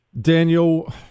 Daniel